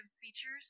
features